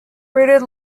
rooted